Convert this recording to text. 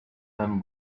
them